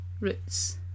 roots